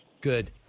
Good